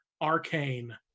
arcane